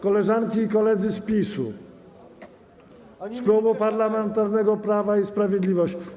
Koleżanki i koledzy z PiS-u, z Klubu Parlamentarnego Prawa i Sprawiedliwość.